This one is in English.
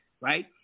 Right